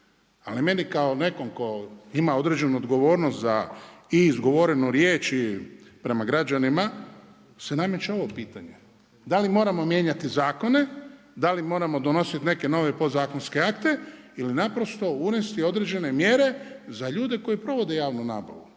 Ali meni kao nekom tko ima određenu odgovornost za i izgovorenu riječ i prema građanima se nameće ovo pitanje, da li moramo mijenjati zakone, da li moramo donosit neke nove podzakonske akte ili naprosto unesti određene mjere za ljude koji provode javnu nabavu.